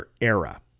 era